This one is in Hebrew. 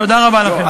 תודה רבה לכם.